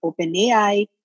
OpenAI